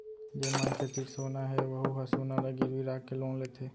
जेन मनखे तीर सोना हे वहूँ ह सोना ल गिरवी राखके लोन लेथे